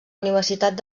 universitat